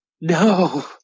No